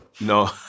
No